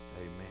Amen